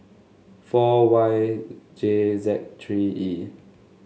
four Y J Z three E